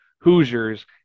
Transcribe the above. Hoosiers